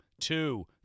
two